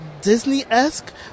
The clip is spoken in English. Disney-esque